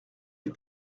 les